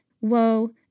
Woe